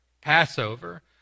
Passover